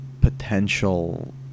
potential